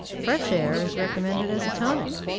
fresh air is recommended as a tonic.